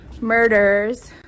Murders